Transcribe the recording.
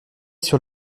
sur